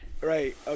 right